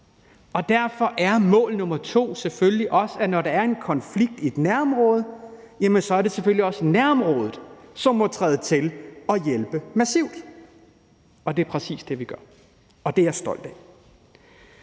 Derfor er mål nr. 2, at når der er en konflikt i et nærområde, er det selvfølgelig også nærområdet, som må træde til og hjælpe massivt, og det er præcis det, vi gør, og det er jeg stolt af.